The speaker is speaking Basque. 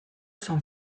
san